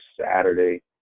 Saturday